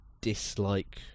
dislike